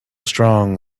strong